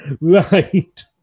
Right